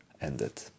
ended